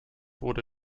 wurde